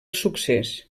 succés